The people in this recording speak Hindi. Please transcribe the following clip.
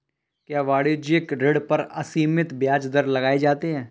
क्या वाणिज्यिक ऋण पर असीमित ब्याज दर लगाए जाते हैं?